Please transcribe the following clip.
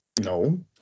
No